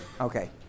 Okay